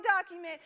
document